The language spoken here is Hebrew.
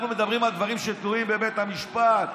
אנחנו מדברים על דברים שתלויים בבית המשפט.